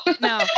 No